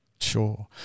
Sure